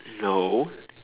no